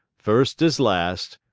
first as last,